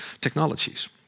technologies